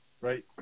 Right